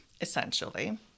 essentially